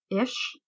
Ish